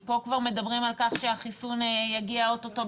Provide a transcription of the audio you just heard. פה כבר מדברים על כך שהחיסון יגיע או-טו-טו,